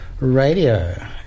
radio